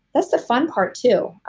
that's the fun part, too.